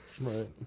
Right